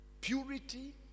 Purity